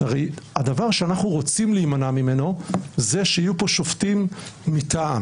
הרי הדבר שאנחנו רוצים להימנע ממנו זה שיהיו פה שופטים מטעם,